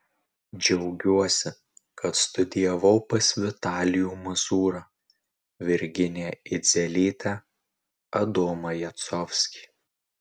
džiaugiuosi kad studijavau pas vitalijų mazūrą virginiją idzelytę adomą jacovskį